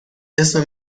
اسم